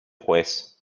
juez